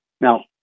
Now